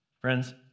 Friends